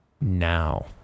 now